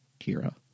Kira